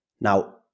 Now